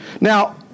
Now